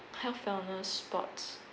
health wellness sports